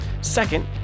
Second